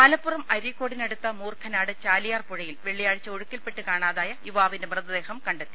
മലപ്പുറം അരീക്കോടിനടുത്ത് മൂർഖനാട് ചാലിയാർ പുഴയിൽ വെള്ളിയാഴ്ച ഒഴുക്കിൽപ്പെട്ട് കാണാതായ യുവാവിന്റെ മൃതദേഹം കണ്ടെത്തി